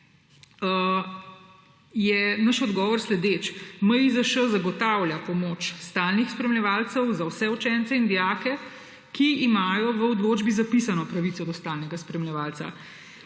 naš odgovor sledeč. MIZŠ zagotavlja pomoč stalnih spremljevalcev za vse učence in dijake, ki imajo v odločbi zapisano pravico do stalnega spremljevalca.